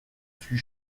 fut